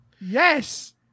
Yes